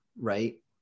right